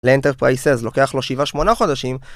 לאינטרפרייסייז לוקח לו 7-8 חודשים